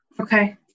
Okay